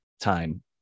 time